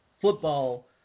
football